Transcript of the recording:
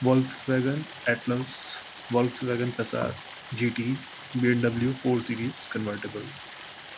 Volks vegan Atlas Volkswagen Passat G T B M W four series convertible